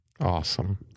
Awesome